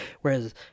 Whereas